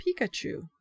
Pikachu